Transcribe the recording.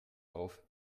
auf